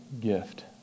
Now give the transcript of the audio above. gift